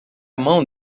mão